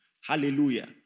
Hallelujah